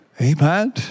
Amen